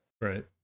Right